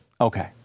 Okay